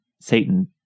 Satan